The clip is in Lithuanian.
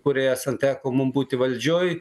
kuriai esant teko mum būti valdžioj